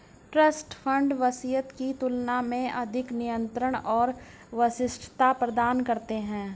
trust fund वसीयत की तुलना में अधिक नियंत्रण और विशिष्टता प्रदान करते हैं